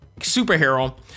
superhero